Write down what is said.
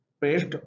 paste